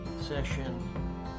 session